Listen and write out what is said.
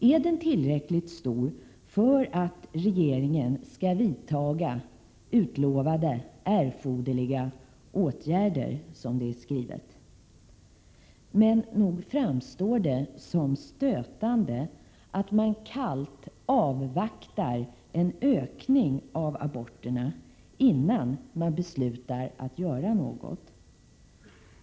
Är den tillräckligt stor för att regeringen skall vidta utlovade erforderliga åtgärder, som det står skrivet? Men nog framstår det som stötande att man kallt avvaktar en ökning av antalet aborter innan man beslutar att göra något.